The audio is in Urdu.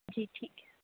جی ٹھیک ہے